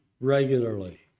regularly